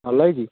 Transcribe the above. ଭଲ ହେଇଛି